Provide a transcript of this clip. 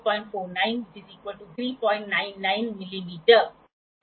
और यदि आप इसे लेने और इस ऊंचाई को छोड़ने की कोशिश करते हैं तो यह 866 मिलीमीटर होगा